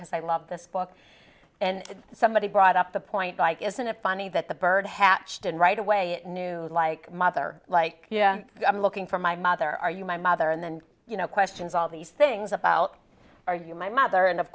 because i love this book and somebody brought up the point by isn't it funny that the bird hatched and right away it knew like mother like i'm looking for my mother are you my mother and then you know questions all these things about our you my mother and of